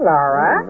Laura